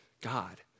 God